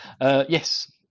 Yes